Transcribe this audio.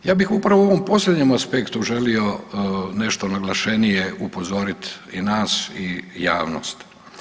Ja bih upravo u ovom posljednjem aspektu želio nešto naglašenije upozorit i nas i javnost.